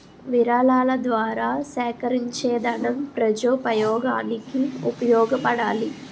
విరాళాల ద్వారా సేకరించేదనం ప్రజోపయోగానికి ఉపయోగపడాలి